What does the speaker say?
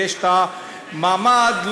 ויש מעמד,